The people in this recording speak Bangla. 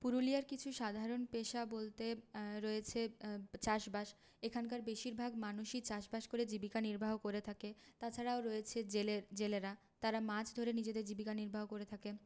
পুরুলিয়ার কিছু সাধারণ পেশা বলতে রয়েছে চাষবাস এখানকার বেশিরভাগ মানুষই চাষবাস করে জীবিকা নির্বাহ করে থাকে তাছাড়াও রয়েছে জেলে জেলেরা তারা মাছ ধরে নিজেদের জীবিকা নির্বাহ করে থাকেন